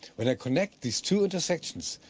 when i connect these two intersections,